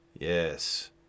yes